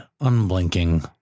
unblinking